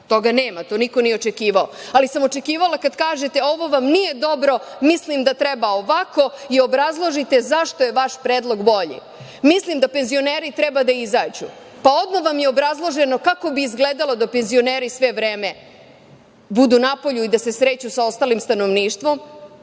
Toga nema, to niko nije očekivao, ali sam očekivala kad kažete – ovo vam nije dobro, mislim da treba ovako i obrazložite zašto je vaš predlog bolji. Mislim da penzioneri treba da izađu. Pa, odmah vam je obrazloženo kako bi izgledalo da penzioneri sve vreme budu napolju i da se sreću sa ostalim stanovništvom